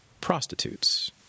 prostitutes